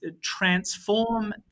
transform